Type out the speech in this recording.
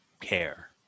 care